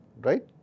right